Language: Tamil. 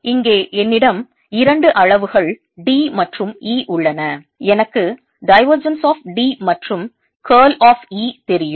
இங்கே என்னிடம் இரண்டு அளவுகள் D மற்றும் E உள்ளன எனக்கு divergence of D மற்றும் curl of E தெரியும்